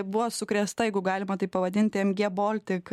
buvo sukrėsta jeigu galima taip pavadinti mg baltic